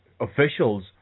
officials